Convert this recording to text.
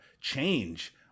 change